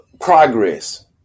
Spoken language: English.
progress